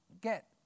get